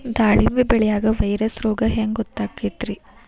ದಾಳಿಂಬಿ ಬೆಳಿಯಾಗ ವೈರಸ್ ರೋಗ ಹ್ಯಾಂಗ ಗೊತ್ತಾಕ್ಕತ್ರೇ?